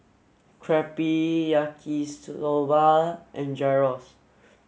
Crepe Yaki Soba and Gyros